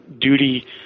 duty